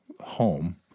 home